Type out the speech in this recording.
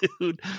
dude